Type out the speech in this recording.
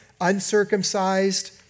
uncircumcised